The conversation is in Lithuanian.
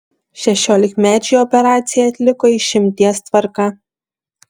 šešiolikmečiui operaciją atliko išimties tvarka